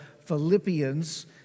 Philippians